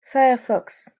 firefox